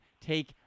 take